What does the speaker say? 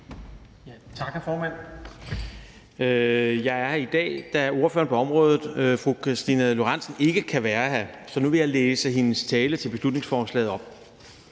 Tak, hr. formand. Jeg er her i dag, da vores ordfører på området, fru Karina Lorentzen Dehnhardt, ikke kan være her. Så nu vil jeg læse hendes tale om beslutningsforslaget op.